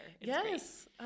Yes